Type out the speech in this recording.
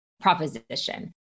proposition